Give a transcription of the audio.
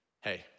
Hey